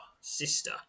sister